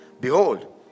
Behold